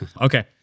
Okay